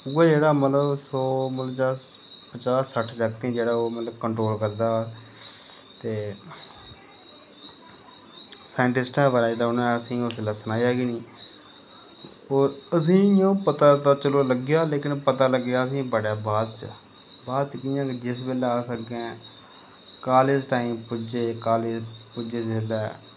उऐ मतलव जो सौ पंजाह् सट्ठ जागतें गी मतलव ओह् कंट्रोल करदा ते साईटिस्टें दे बारे च उनैं कोई सनाया गै नी असेंगी इयां पता ते लग्गेआ पर पता लग्गेआ असेंगी बड़े बाद च बाद च कियां कि जिसलै अस अपनैं कालेज टाईम पुज्जे कालेज पुज्जे जिसलै